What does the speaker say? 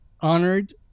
honored